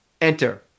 enter